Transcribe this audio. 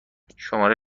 شماره